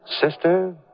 Sister